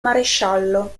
maresciallo